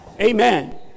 amen